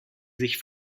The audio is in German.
sich